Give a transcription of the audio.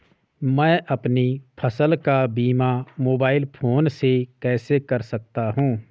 मैं अपनी फसल का बीमा मोबाइल फोन से कैसे कर सकता हूँ?